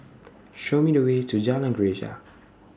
Show Me The Way to Jalan Greja